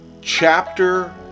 chapter